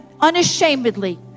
unashamedly